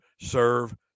serve